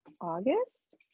August